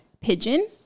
pigeon